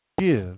give